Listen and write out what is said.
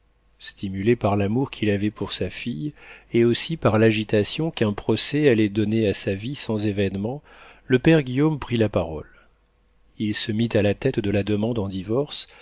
stimulé par l'amour qu'il avait pour sa fille et aussi par l'agitation qu'un procès allait donner à sa vie sans événements le père guillaume prit la parole il se mit à la tête de la demande en divorce